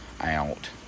out